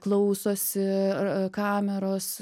klausosi ir kameros